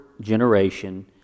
generation